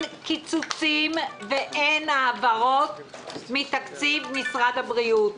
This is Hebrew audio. קיצוצים ואין העברות מתקציב משרד הבריאות.